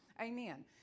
Amen